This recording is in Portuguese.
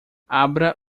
abra